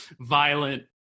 violent